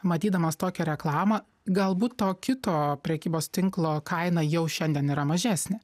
matydamas tokią reklamą galbūt to kito prekybos tinklo kaina jau šiandien yra mažesnė